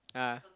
ah